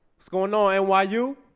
score no i and why you